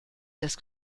des